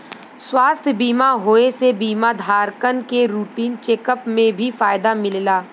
स्वास्थ्य बीमा होये से बीमा धारकन के रूटीन चेक अप में भी फायदा मिलला